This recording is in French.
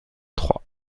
trois